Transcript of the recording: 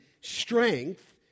strength